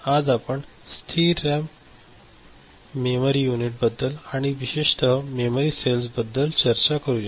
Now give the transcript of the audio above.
तर आज आपण या स्थिर रॅम मेमरी युनिटबद्दल आणि विशेषतः मेमरी सेल्सबद्दल चर्चा करूया